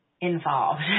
involved